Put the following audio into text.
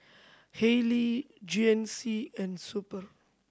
Haylee G N C and Super